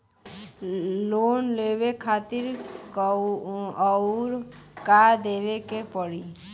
Loan लेवे खातिर अउर का देवे के पड़ी?